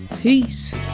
peace